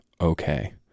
okay